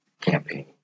campaign